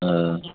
ہاں